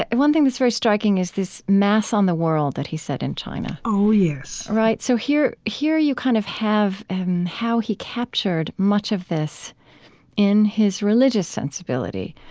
and one thing that's very striking is this mass on the world that he set in china oh, yes right. so here here you kind of have how he captured much of this in his religious sensibility.